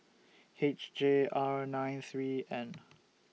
H J R nine three N